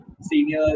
Senior